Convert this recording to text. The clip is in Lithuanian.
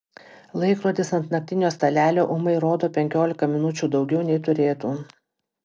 laikrodis ant naktinio stalelio ūmai rodo penkiolika minučių daugiau nei turėtų